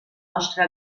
nostre